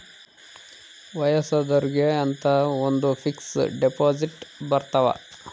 ವಯಸ್ಸಾದೊರ್ಗೆ ಅಂತ ಒಂದ ಫಿಕ್ಸ್ ದೆಪೊಸಿಟ್ ಬರತವ